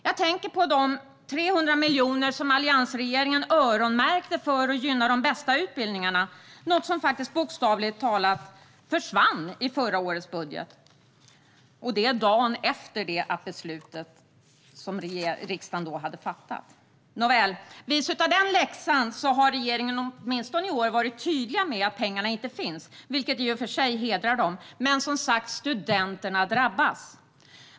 Jag tänker på de 300 miljoner kronor som alliansregeringen öronmärkte för att gynna de bästa utbildningarna. De försvann bokstavligt talat i förra årets budget, och detta dagen efter att riksdagen hade fattat beslut. Nåväl, vis av den läxan har regeringen i år åtminstone varit tydlig med att pengarna inte finns, vilket i och för sig hedrar den. Men, som sagt, studenterna drabbas.